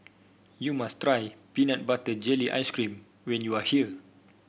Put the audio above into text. you must try Peanut Butter Jelly Ice cream when you are here